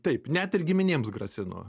taip net ir giminėms grasino